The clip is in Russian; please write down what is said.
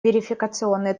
верификационные